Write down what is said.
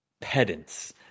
pedants